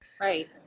right